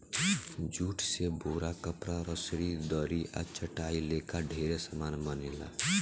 jute से बोरा, कपड़ा, रसरी, दरी आ चटाई लेखा ढेरे समान बनेला